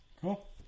cool